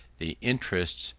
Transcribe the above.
the interests,